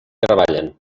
treballen